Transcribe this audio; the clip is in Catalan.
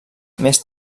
més